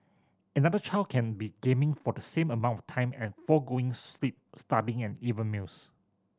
another child can be gaming for the same amount of time and forgoing sleep studying and even meals